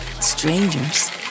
Strangers